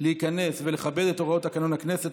להיכנס ולכבד את הוראות תקנון הכנסת,